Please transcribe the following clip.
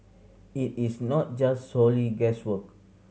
it is not just solely guesswork